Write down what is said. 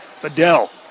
Fidel